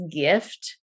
gift